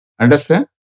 Understand